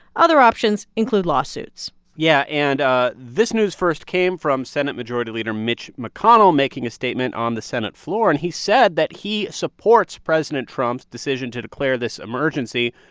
other options include lawsuits yeah. and this news first came from senate majority leader mitch mcconnell making a statement on the senate floor. and he said that he supports president trump's decision to declare this emergency,